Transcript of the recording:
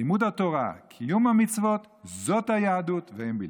לימוד התורה, קיום המצוות, זאת היהדות ואין בלתה.